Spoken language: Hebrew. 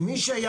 --- מי שהיה